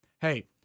hey